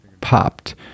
popped